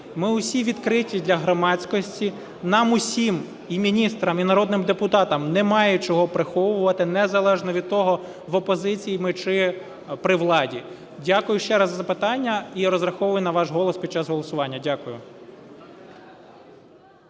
ми усі відкриті для громадськості, нам усім, і міністрам, і народним депутатам, немає чого приховувати незалежно від того в опозиції ми чи при владі. Дякую ще раз за запитання і розраховую на ваш голос під час голосування. Дякую.